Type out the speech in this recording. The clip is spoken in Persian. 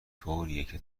طوریکه